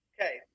Okay